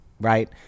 right